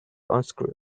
unscrew